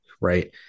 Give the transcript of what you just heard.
right